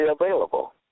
available